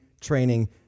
training